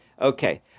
okay